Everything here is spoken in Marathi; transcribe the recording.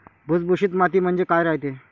भुसभुशीत माती म्हणजे काय रायते?